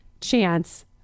chance